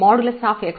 1 మరియు |y 1| ≤ 0